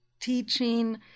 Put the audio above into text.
Teaching